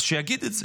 אז שיגיד את זה,